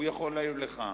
הוא יכול להעיר לך.